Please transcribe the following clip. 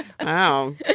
Wow